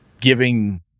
Giving